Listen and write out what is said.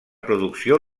producció